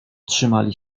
trzymali